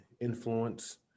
influence